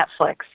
Netflix